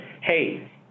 hey